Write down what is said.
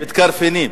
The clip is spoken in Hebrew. מתקרנפים.